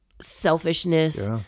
selfishness